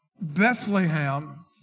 Bethlehem